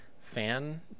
fan